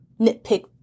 nitpick